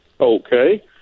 Okay